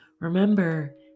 remember